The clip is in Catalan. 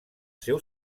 seu